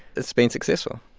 it's been successful